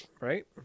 Right